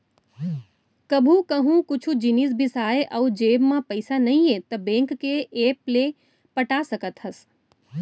कभू कहूँ कुछु जिनिस बिसाए अउ जेब म पइसा नइये त बेंक के ऐप ले पटा सकत हस